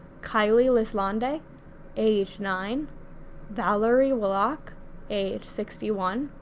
kaylie lis-lalande age nine valerie wallach age sixty one,